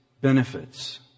benefits